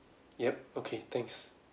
yup okay thanks